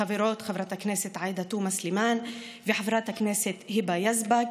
החברות חברת הכנסת עאידה תומא סלימאן וחברת הכנסת היבה יזבק,